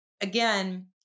again